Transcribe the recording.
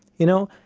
you know,